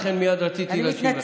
ולכן מייד רציתי להשיב לך.